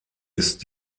ist